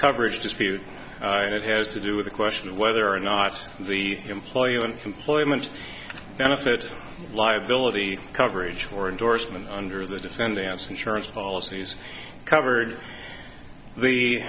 coverage dispute and it has to do with the question of whether or not the employer and employment benefit liability coverage or endorsement under the defendant's insurance policies covered the